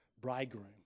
bridegroom